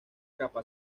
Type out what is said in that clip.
capa